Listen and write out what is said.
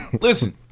Listen